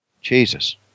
Jesus